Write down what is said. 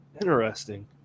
interesting